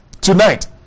tonight